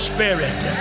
Spirit